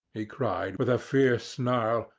he cried with a fierce snarl,